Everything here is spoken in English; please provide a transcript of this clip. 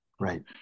right